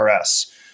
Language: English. rs